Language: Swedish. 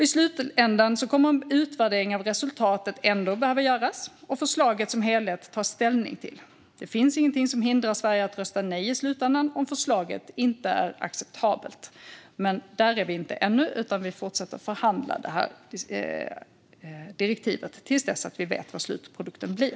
I slutändan kommer en utvärdering av resultatet ändå att behöva göras, och man behöver ta ställning till förslaget som helhet. Det finns inget som hindrar Sverige från att rösta nej i slutändan om förslaget inte är acceptabelt. Där är vi inte ännu, utan vi fortsätter att förhandla om direktivet tills vi vet vad slutprodukten blir.